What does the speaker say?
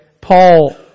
Paul